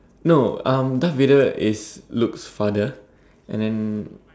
no um Darth-Vader is Luke's father and then